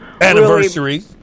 anniversary